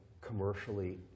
commercially